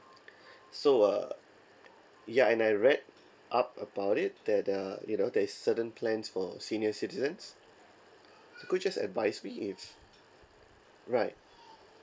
so uh ya and I read up about it that uh you know there's certain plans for senior citizens could you just advise me if right